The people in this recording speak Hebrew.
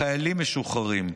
לחיילים משוחררים,